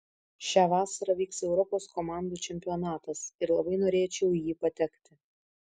šią vasarą vyks europos komandų čempionatas ir labai norėčiau į jį patekti